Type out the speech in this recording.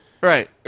Right